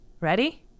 ready